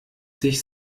sich